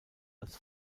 als